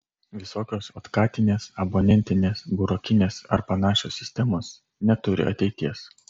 visokios otkatinės abonentinės burokinės ar panašios sistemos neturi ateities